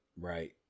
Right